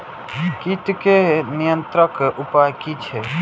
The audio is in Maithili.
कीटके नियंत्रण उपाय कि छै?